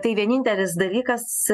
tai vienintelis dalykas